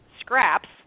scraps